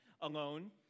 alone